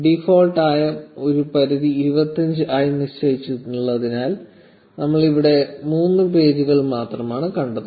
default ആയി ഒരു പരിധി 25 ആയി നിശ്ചയിച്ചിട്ടുള്ളതിനാൽ നമ്മൾ ഇവിടെ മൂന്ന് പേജുകൾ മാത്രമാണ് കണ്ടത്